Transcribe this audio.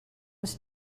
was